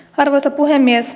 arvoisa puhemies